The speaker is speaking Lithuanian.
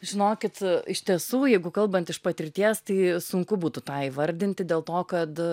žinokit iš tiesų jeigu kalbant iš patirties tai sunku būtų tą įvardinti dėl to kad